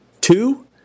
two